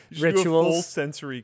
rituals